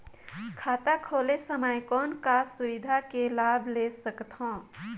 खाता खोले समय कौन का सुविधा के लाभ ले सकथव?